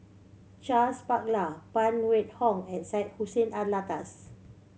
Charles Paglar Phan Wait Hong and Syed Hussein Alatas